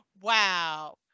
wow